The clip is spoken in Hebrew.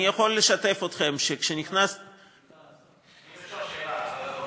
אני יכול לשתף אתכם, כשנכנס, אם אפשר שאלה.